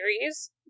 series